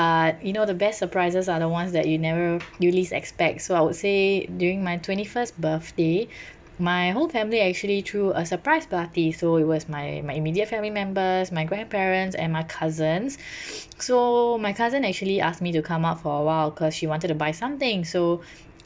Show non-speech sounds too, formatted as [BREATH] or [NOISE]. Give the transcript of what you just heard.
you know the best surprises are the ones that you never you least expect so I would say during my twenty first birthday [BREATH] my whole family actually threw a surprise party so it was my my immediate family members my grandparents and my cousins [BREATH] so my cousin actually asked me to come out for awhile cause she wanted to buy something so [BREATH]